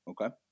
Okay